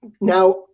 now